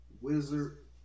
Wizard